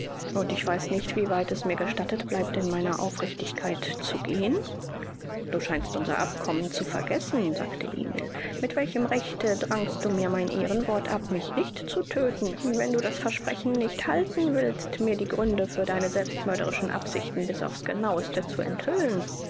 und ich weiß nicht wie weit es mir gestattet bleibt in meiner aufrichtigkeit zu gehen du scheinst unser abkommen zu vergessen sagte emil mit welchem rechte drangst du mir mein ehrenwort ab mich nicht zu tödten wenn du das versprechen nicht halten willst mir die gründe für deine selbstmörderischen absichten bis auf's genaueste zu enthüllen